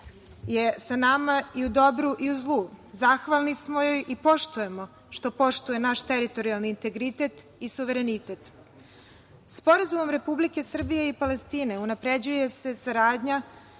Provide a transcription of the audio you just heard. je sa nama i u dobru i u zlu. Zahvalni smo joj i poštujemo što poštuje naš teritorijalni integritet i suverenitet. Sporazumom Republike Srbije i Palestine unapređuje se saradnja